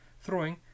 throwing